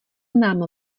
nám